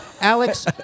Alex